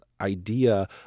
idea